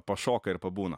pašoka ir pabūna